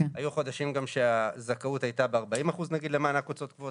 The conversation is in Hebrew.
היו גם חודשים שהזכאות הייתה ב-40% למענק הוצאות קבועות,